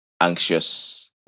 anxious